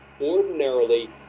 Ordinarily